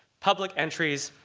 public entries,